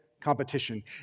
competition